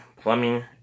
plumbing